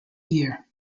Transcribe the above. year